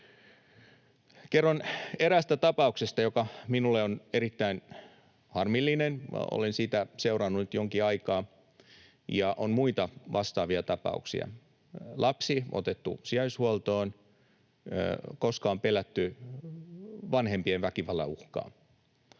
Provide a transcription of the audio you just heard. Kerron eräästä tapauksesta, joka minulle on erittäin harmillinen. Olen sitä seurannut nyt jonkin aikaa, ja on muita vastaavia tapauksia. Lapsi on otettu sijaishuoltoon, koska on pelätty vanhempien väkivallan uhkaa.